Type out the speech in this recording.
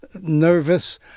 nervous